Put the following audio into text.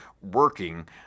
working